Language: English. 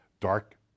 dark